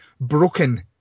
broken